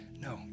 no